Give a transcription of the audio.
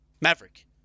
Maverick